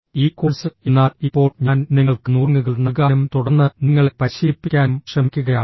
ഈ കോഴ്സ് എന്നാൽ ഇപ്പോൾ ഞാൻ നിങ്ങൾക്ക് നുറുങ്ങുകൾ നൽകാനും തുടർന്ന് നിങ്ങളെ പരിശീലിപ്പിക്കാനും ശ്രമിക്കുകയാണ്